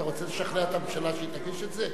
אתה רוצה לשכנע את הממשלה שהיא תגיש את זה?